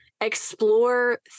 explore